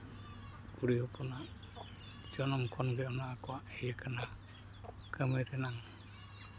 ᱠᱩᱲᱤ ᱦᱚᱯᱚᱱᱟᱜ ᱡᱚᱱᱚᱢ ᱠᱷᱚᱱᱜᱮ ᱚᱱᱟ ᱠᱚ ᱤᱭᱟᱹ ᱠᱟᱱᱟ ᱠᱟᱹᱢᱤ ᱨᱮᱱᱟᱜ